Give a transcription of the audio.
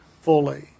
fully